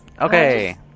Okay